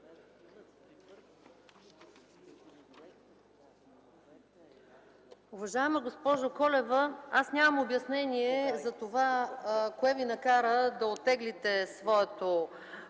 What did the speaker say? Уважаема госпожо Колева, нямам обяснение кое Ви накара да оттеглите своето